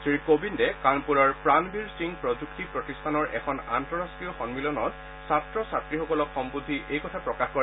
শ্ৰী কোবিন্দে কানপুৰৰ প্ৰাণবীৰ সিং প্ৰযুক্তি প্ৰতিষ্ঠানৰ এখন আন্তঃৰাষ্টীয় সমিলনত ছাত্ৰ ছাত্ৰীসকলক সম্নোধী এই কথা প্ৰকাশ কৰে